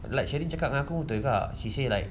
like sheryn cakap dengan aku betul juga she say like